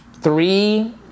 three